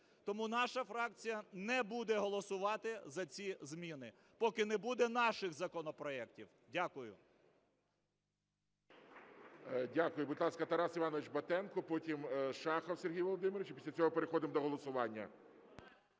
Тому наша фракція не буде голосувати за ці зміни, поки не буде наших законопроектів. Дякую. ГОЛОВУЮЧИЙ. Дякую. Будь ласка, Тарас Іванович Батенко. Потім Шахов Сергій Володимирович. Після цього переходимо до голосування.